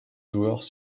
joueurs